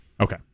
okay